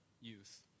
youth